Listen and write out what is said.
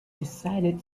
decided